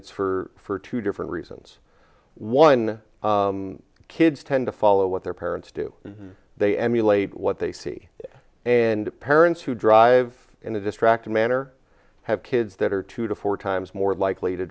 s for two different reasons one kids tend to follow what their parents do they emulate what they see and parents who drive in a distracted manner have kids that are two to four times more likely to